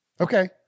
Okay